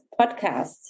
podcast